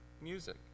music